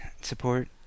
support